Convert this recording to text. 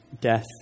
death